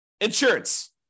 insurance